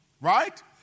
right